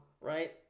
right